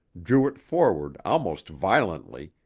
drew it forward almost violently,